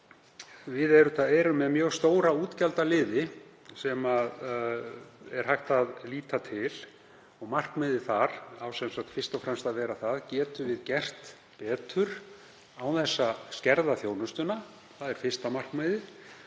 Við erum með mjög stóra útgjaldaliði sem er hægt að líta til. Markmiðið þar á sem sagt fyrst og fremst að vera: Getum við gert betur án þess að skerða þjónustuna? Annað markmiðið: